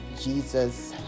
Jesus